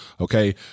okay